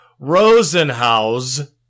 Rosenhaus